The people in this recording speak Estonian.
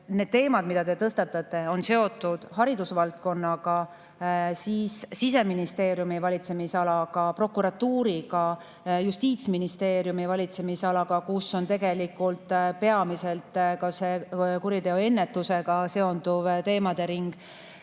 Need teemad, mida te tõstatate, on seotud haridusvaldkonnaga, Siseministeeriumi valitsemisalaga, prokuratuuriga ja Justiitsministeeriumi valitsemisalaga, kus on peamiselt ka kuriteoennetusega seonduv teemade ring.